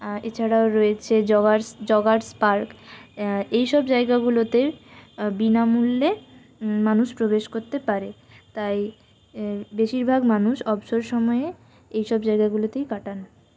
এছাড়াও রয়েছে joggers park এইসব জায়গাগুলোতে বিনামূল্যে মানুষ প্রবেশ করতে পারে তাই বেশিরভাগ মানুষ অবসর সময়ে এইসব জায়গাগুলিতেই কাটায়